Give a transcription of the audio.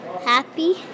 Happy